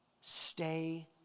Stay